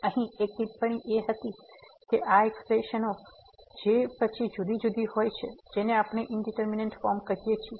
તેથી અહીં એક ટિપ્પણી હતી કે આ એક્સપ્રેશન ઓ જે પછી જુદી જુદી હોય છે જેને આપણે ઇંડીટરમીનેટ ફોર્મ કહીએ છીએ